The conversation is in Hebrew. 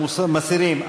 מסירים.